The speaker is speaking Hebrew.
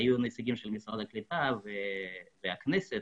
היו נציגים של משרד הקליטה ושל הכנסת,